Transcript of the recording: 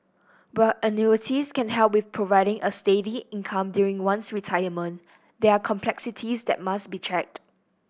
while annuities can help with providing a steady income during one's retirement there are complexities that must be checked